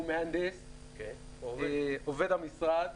הוא מהנדס, עובד המשרד,